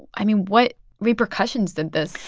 i mean, what repercussions did this